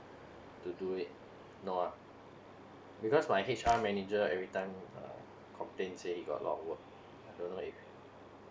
to do it no ah because my H_R manager every time uh complaints say got lots of work don't know if